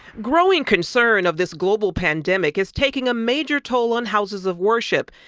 growing concern of this global pandemic is taking a major toll on houses of worship.